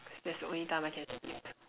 that's the only time I can sleep